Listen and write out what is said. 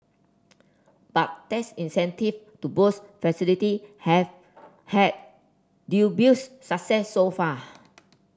but tax incentive to boost facility have had dubious success so far